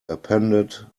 appended